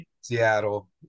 Seattle